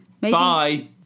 Bye